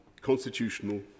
constitutional